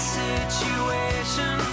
situation